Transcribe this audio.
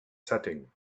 setting